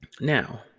Now